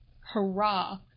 Hurrah